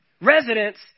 residents